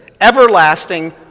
everlasting